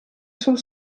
sul